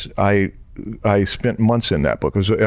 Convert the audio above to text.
i i spent months in that book. so yeah